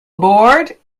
aboard